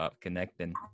Connecting